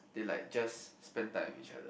they like just spend time with each other